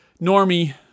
Normie